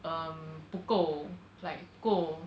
um 不够 like 够